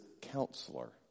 counselor